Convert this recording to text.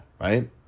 right